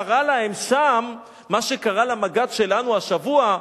קרה להם שם מה שקרה למג"ד שלנו השבוע,